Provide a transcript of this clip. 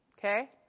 okay